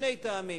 משני טעמים: